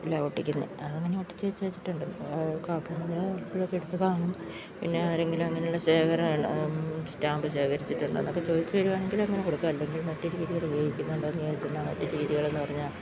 എല്ലാം ഒട്ടിക്കുന്നത് അത് അങ്ങനെ ഒട്ടിച്ചു വച്ചു വച്ചിട്ടുണ്ട് പിന്നെ ചിലപ്പൊഴൊക്കെ എടുത്ത് കാണും പിന്നെ ആരെങ്കിലും അങ്ങനെയുള്ള ശേഖരം സ്റ്റാമ്പ് ശേഖരിച്ചിട്ടുണ്ടോ എന്നൊക്കെ ചോദിച്ചു വരികയാണെങ്കിൽ അങ്ങനെ കൊടുക്കും അല്ലെങ്കിൽ മറ്റു രീതിയിൽ ഉപയോഗിക്കുന്നുണ്ടോ എന്ന് ചോദിച്ചു എന്നാൽ മറ്റു രീതികളെന്ന് പറഞ്ഞാൽ